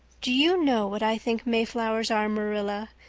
do you know what i think mayflowers are, marilla?